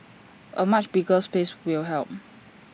A much bigger space will help